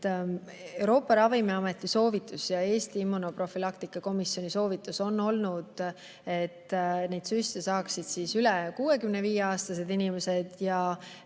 Euroopa Ravimiameti soovitus ja Eesti immunoprofülaktika komisjoni soovitus on olnud, et neid süste saaksid üle 65‑aastased inimesed ja